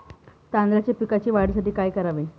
तांदळाच्या पिकाच्या वाढीसाठी काय करावे?